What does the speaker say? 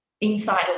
inside